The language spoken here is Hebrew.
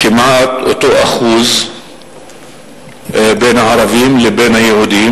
יש כמעט אותו אחוז בין הערבים ובין היהודים